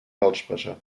lautsprecher